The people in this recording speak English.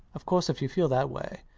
of course if you feel that way,